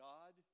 God